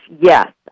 yes